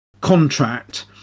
contract